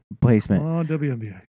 placement